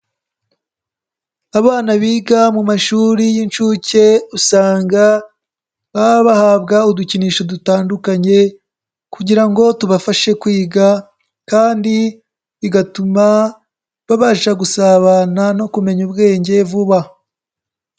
Abana biga mu mashuri y'inshuke usanga bahabwa udukinisho dutandukanye kugira ngo tubafashe kwiga, kandi bigatuma babasha gusabana no kumenya ubwenge vuba.